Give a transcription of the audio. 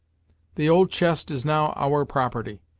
the old chest is now our property,